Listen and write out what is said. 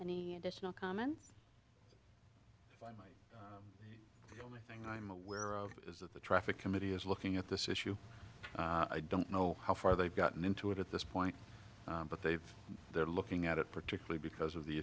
any additional comment only thing i'm aware of is that the traffic committee is looking at this issue i don't know how far they've gotten into it at this point but they've they're looking at it particularly because of the